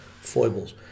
foibles